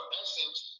essence